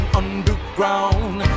underground